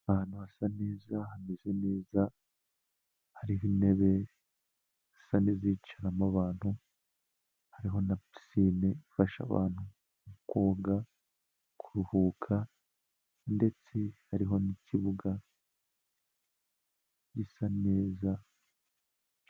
Ahantu hasa neza hameze neza hariho intebe zisa n'izicaramo abantu, hariho na pisine ifasha abantu koga, kuruhuka ndetse hariho n'ikibuga gisa neza.